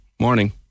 Morning